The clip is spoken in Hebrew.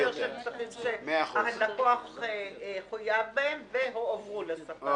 של כספים שהלקוח חויב בהם והועברו לספק.